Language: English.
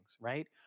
Right